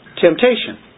Temptation